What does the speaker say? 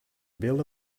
builder